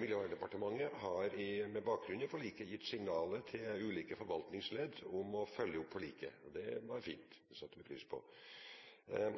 Miljøverndepartementet har med bakgrunn i forliket gitt signaler til de ulike forvaltningsledd om å følge opp forliket. Det var fint, det satte vi pris på.